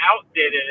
outdated